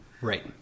Right